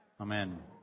Amen